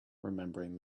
remembering